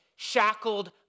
shackled